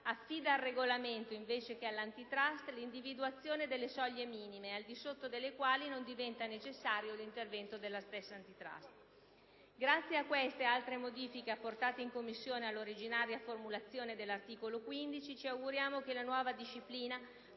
affida al regolamento, invece che all'Antitrust, l'individuazione delle soglie minime al di sotto delle quali non diventa necessario l'intervento della stessa Antitrust. Grazie a questa e alle altre modifiche apportate in Commissione all'originaria formulazione dell'articolo 15, ci auguriamo che la nuova disciplina